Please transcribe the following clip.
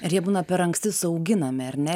ar jie būna per anksti suauginami ar ne